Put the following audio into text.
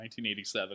1987